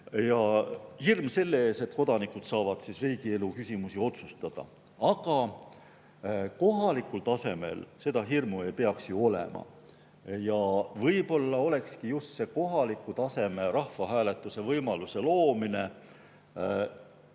On hirm selle ees, et kodanikud saavad hakata riigielu küsimusi otsustama. Aga kohalikul tasemel seda hirmu ei peaks ju olema. Võib-olla olekski just see kohaliku taseme rahvahääletuse võimaluse loomine